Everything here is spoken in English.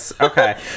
Okay